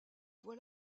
voie